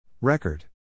Record